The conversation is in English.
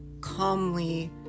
calmly